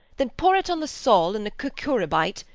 then pour it on the sol, in the cucurbite,